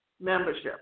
membership